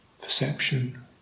perception